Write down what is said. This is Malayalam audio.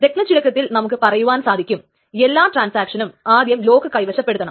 രത്നചുരുക്കത്തിൽ നമുക്ക് പറയുവാൻ സാധിക്കും എല്ലാ ട്രാൻസാക്ഷനും ആദ്യം ലോക്ക് കൈവശപ്പെടുത്തണം